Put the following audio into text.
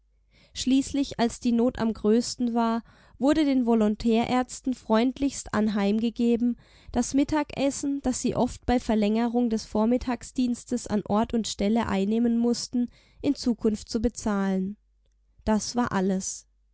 schließlich als die not am größten war wurde den volontärärzten freundlichst anheimgegeben das mittagessen das sie oft bei verlängerung des vormittagsdienstes an ort und stelle einnehmen mußten in zukunft zu bezahlen das war alles